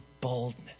boldness